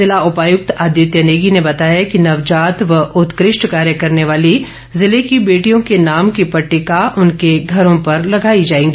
जिला उपायुक्त आदित्य नेगी ने बताया कि नवजात व उत्कृष्ट कार्य करने वाली जिले की बेटियों के नाम की पट्टिका उनके घरों पर लगाई जाएगी